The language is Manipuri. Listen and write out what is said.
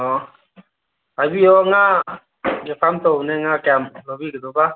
ꯍꯂꯣ ꯍꯥꯏꯕꯤꯌꯨ ꯉꯥꯒꯤ ꯐꯥꯔꯝ ꯇꯧꯕꯅꯦ ꯉꯥ ꯀꯌꯥꯝ ꯂꯧꯕꯤꯒꯗꯕ